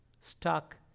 stuck